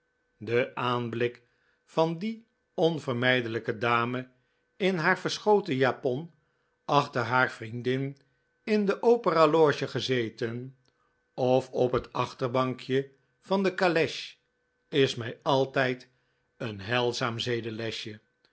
de aanblik van die onvermijdelijke dame in haar verschoten japon achter haar vriendin in de opera loge gezeten of op het achterbankje van de caleche is mij altijd een heilzaam